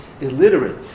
illiterate